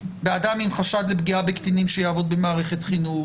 באדם עם חשד לפגיעה בקטינים שיעבוד במערכת החינוך,